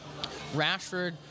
Rashford